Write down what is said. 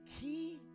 key